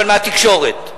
אבל מהתקשורת.